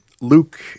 Luke